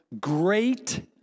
great